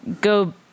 go